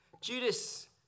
judas